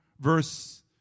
verse